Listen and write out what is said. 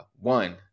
one